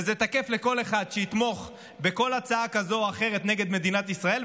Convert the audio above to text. וזה תקף לכל אחד שיתמוך בכל הצעה כזאת או אחרת נגד מדינת ישראל,